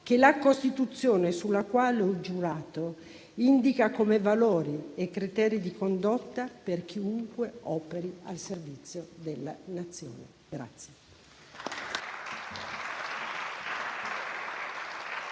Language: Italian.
che la Costituzione sulla quale ho giurato indica come valori e criteri di condotta per chiunque operi al servizio della Nazione.